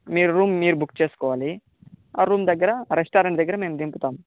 మీరు రూమ్ మీరు బుక్ చేసుకోవాలి ఆ రూమ్ దగ్గర ఆ రెస్టారెంట్ దగ్గర మేము దింపుతాము